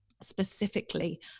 specifically